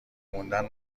موندن